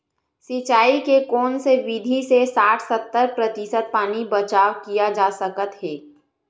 सिंचाई के कोन से विधि से साठ सत्तर प्रतिशत पानी बचाव किया जा सकत हे?